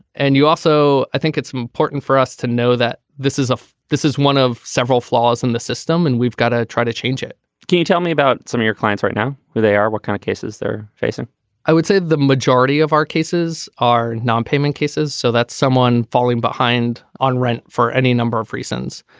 and you also i think it's important for us to know that this is a this is one of several flaws in the system and we've got to try to change it can you tell me about some of your clients right now where they are what kind of cases they're facing i would say the majority of our cases are non-payment cases. so that's someone falling behind on rent for any number number of reasons.